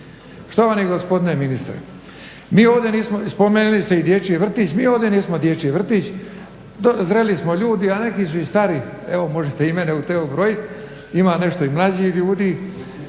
Štovani gospodine ministre, spomenuli ste i dječji vrtić, mi ovdje nismo dječji vrtić, zreli smo ljudi, a neki su i stari, evo možete i mene u te ubrojit, ima nešto i mlađih ljudi,